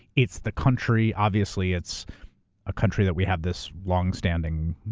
it's the country. obviously it's a country that we have this long standing,